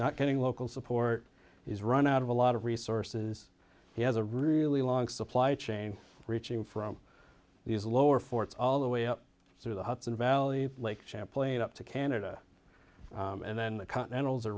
not getting local support he's run out of a lot of resources he has a really long supply chain reaching from these lower forth all the way up through the hudson valley lake champlain up to canada and then the continentals a